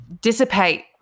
dissipate